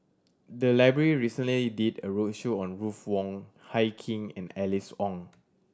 the library recently did a roadshow on Ruth Wong Hie King and Alice Ong